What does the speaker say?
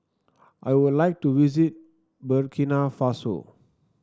I would like to visit Burkina Faso